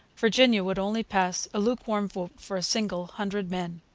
virginia would only pass a lukewarm vote for a single hundred men.